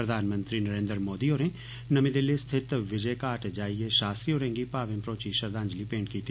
प्रधानमंत्री नरेन्द्र मोदी होरें नमीं दिल्ली स्थित विजयघाट जाईयै शास्त्री होरें गी भावें भरोची श्रद्दांजलि भेंट कीती